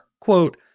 quote